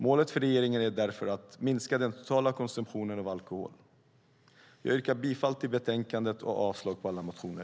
Målet för regeringen är därför att minska den totala konsumtionen av alkohol. Jag yrkar bifall till förslaget i betänkandet och avslag på alla motioner.